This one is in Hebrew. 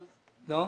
לא.